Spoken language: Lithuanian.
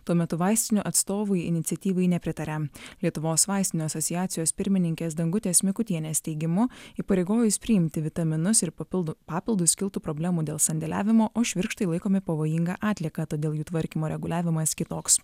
tuo metu vaistinių atstovai iniciatyvai nepritaria lietuvos vaistinių asociacijos pirmininkės dangutės mikutienės teigimu įpareigojus priimti vitaminus ir papildų papildus kiltų problemų dėl sandėliavimo o švirkštai laikomi pavojinga atlieka todėl jų tvarkymo reguliavimas kitoks